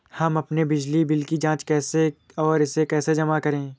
हम अपने बिजली बिल की जाँच कैसे और इसे कैसे जमा करें?